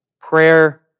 Prayer